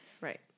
right